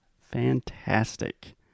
Fantastic